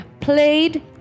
played